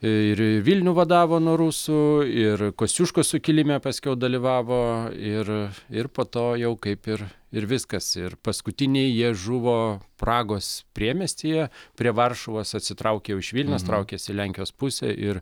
ir vilnių vadavo nuo rusų ir kosciuškos sukilime paskiau dalyvavo ir ir po to jau kaip ir ir viskas ir paskutiniai jie žuvo pragos priemiestyje prie varšuvos atsitraukė jau iš vilniaus traukėsi į lenkijos pusę ir